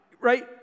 right